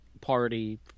party